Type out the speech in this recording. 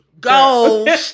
Go